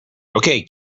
okay